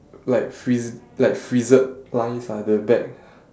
like friz~ like frizzed lines ah the back